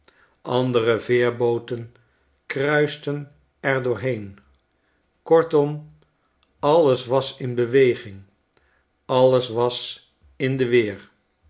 andere veerbooten kruisten er doorheen kortom alles was in beweging alles was in de weer